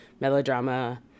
Melodrama